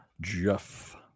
Jeff